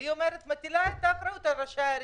והיא מטילה את האחריות על ראשי הערים.